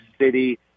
city